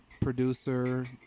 producer